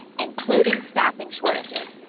and including staffing shortages.